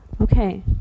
Okay